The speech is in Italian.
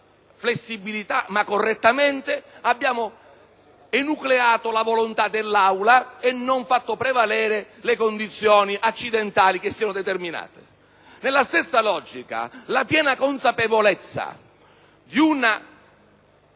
flessibilità, ma correttamente, abbiamo enucleato la volontà dell'Aula e non fatto prevalere le condizioni accidentali che si erano determinate. Nella stessa logica, la piena consapevolezza di un